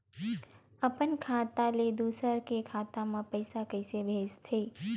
अपन खाता ले दुसर के खाता मा पईसा कइसे भेजथे?